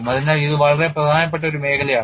അതിനാൽ ഇത് വളരെ പ്രധാനപ്പെട്ട ഒരു മേഖലയാണ്